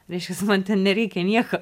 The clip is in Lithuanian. reiškias man ten nereikia nieko